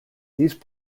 these